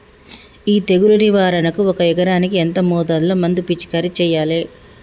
ఈ తెగులు నివారణకు ఒక ఎకరానికి ఎంత మోతాదులో మందు పిచికారీ చెయ్యాలే?